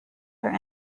are